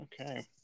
Okay